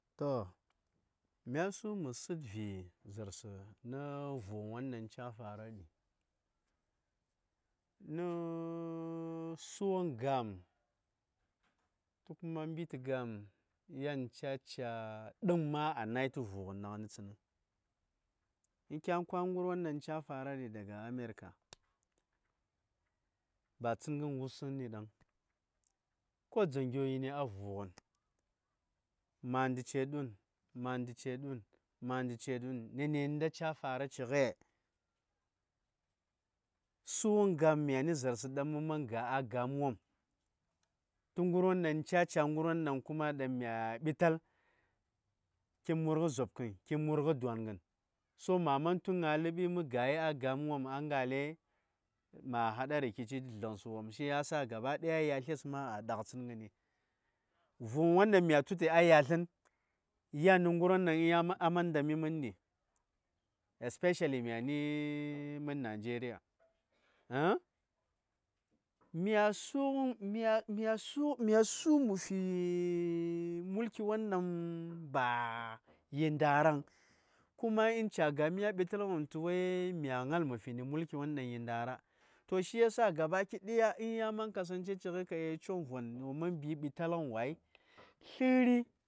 To mya su mə sit vi za’arsə nə vugən wondang ca fara nə sugən gam tu kuma mbitə gam yan ca ca dəng ma a nai tə vugən dang nən in kya bang ngəryo dan ca fara ɗi daga America ba kə gən wusni dang. ko dzang gyo ya vugən. Məndə ce dun, ma:ndə ce dun. Nə ni nda ca fara cighə? su:ghən gam myani za:rsə daŋmə man ga a gam wopm,`duk gərwon daŋ ca ca: gərwonɗaŋ kuma ɗaŋ mya ɓital, kin murghə zhopkən, kin murghə dwa:ngən. So ma man tu ləbi məgai a gam wopm, yan ngalai ma hada rikici tə zlənsəwopm shi yasa gaba daya yasles ma a ɗak tsəngəni. Vu:gən ɗaŋmya tu de a yaslən, yan nə gərwon ɗaŋ aman nda mi mən ɗi, especially myani mən Najeriya. My su:gən-my su:gən-my su:gən mə fi mulki won ɗaŋ ba nə ndaraŋ-yi nda:raŋ, kuma in ca gam my ɓitaləm tu wai mya ngal mə fi nə mulki won ɗaŋyi nda:ra. To shi yasa gaba daya in ya man kasance cighai ka yel coŋvon wo man bi ɓitalghən wai